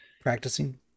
practicing